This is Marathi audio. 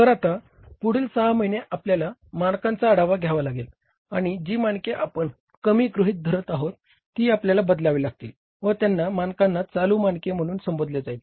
तर आता पुढील 6 महिने आपल्याला मानकांचा आढावा घ्यावा लागेल आणि जी मानके आपण कमी गृहीत धरत आहोत ती आपल्याला बदलावी लागतील व त्या मानकांना चालू मानके म्हणून संबोधले जाईल